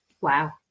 Wow